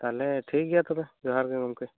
ᱛᱟᱦᱚᱞᱮ ᱴᱷᱤᱠ ᱜᱮᱭᱟ ᱛᱚᱵᱮ ᱡᱚᱦᱟᱨ ᱜᱮ ᱜᱚᱝᱠᱮ